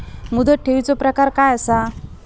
मुदत ठेवीचो प्रकार काय असा?